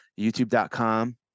youtube.com